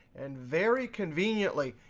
and very conveniently,